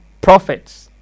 prophets